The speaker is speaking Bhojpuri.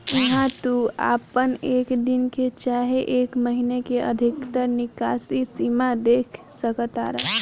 इहा तू आपन एक दिन के चाहे एक महीने के अधिकतर निकासी सीमा देख सकतार